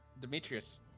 Demetrius